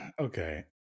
Okay